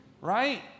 right